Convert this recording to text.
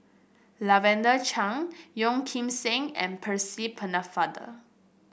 Lavender Chang Yeo Kim Seng and Percy Pennefather